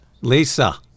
Lisa